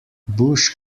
bush